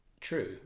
true